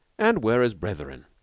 and were as brethren,